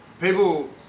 people